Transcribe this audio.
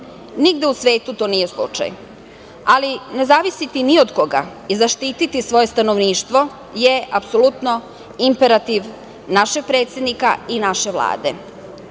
Nigde u svetu to nije slučaj, ali ne zavisiti ni od koga i zaštititi svoje stanovništvo je apsolutno imperativ našeg predsednika i naše Vlade.